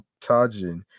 Tajin